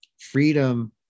freedom